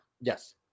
Yes